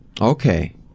Okay